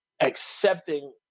accepting